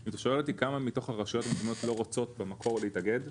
אם אתה שואל אותי כמה מתוך הרשויות לא רוצות במקור להתאגד?